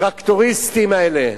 הטרקטוריסטים האלה,